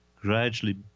gradually